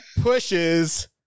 pushes